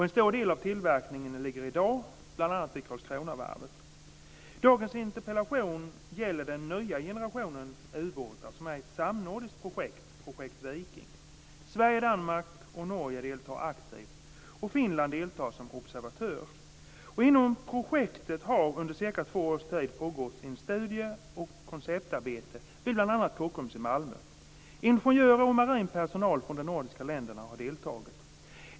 En stor del av tillverkningen ligger i dag bl.a. vid Karlskronavarvet. Dagens interpellation gäller den nya generationen ubåtar som är ett samnordiskt projekt, Projekt Viking. Sverige, Danmark och Norge deltar aktivt, och Finland deltar som observatör. Inom projektet har under cirka två års tid pågått en studie och konceptarbete vid bl.a. Kockums i Malmö. Ingenjörer och marin personal från de nordiska länderna har deltagit.